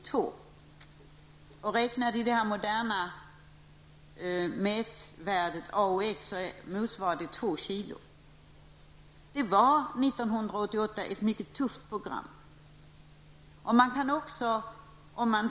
Räknat i det moderna mätvärdet AOX så motsvarar det 2 Detta var ett mycket tufft program 1988.